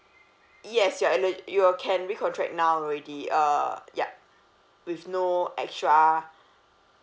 yes you are eli~ you wi~ can recontract now already uh yup with no extra